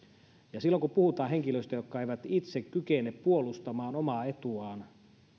ja silloin kun puhutaan henkilöistä jotka eivät itse kykene puolustamaan omaa etuaan